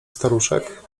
staruszek